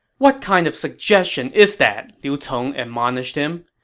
what kind of suggestion is that? liu cong admonished him.